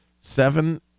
seven